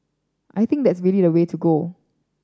I think that's really the way to go